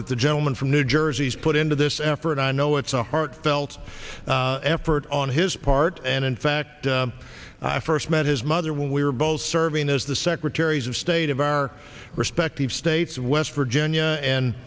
the gentleman from new jersey is put into this effort i know it's a heartfelt effort on his part and in fact i first met his mother when we were both serving as the secretaries of state of our respective states west virginia and